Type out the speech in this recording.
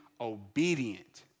obedient